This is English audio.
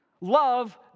Love